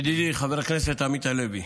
ידידי חבר הכנסת עמית הלוי,